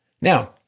Now